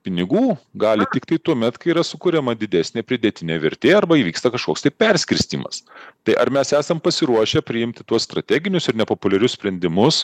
pinigų gali tiktai tuomet kai yra sukuriama didesnė pridėtinė vertė arba įvyksta kažkoks tai perskirstymas tai ar mes esam pasiruošę priimti tuos strateginius ir nepopuliarius sprendimus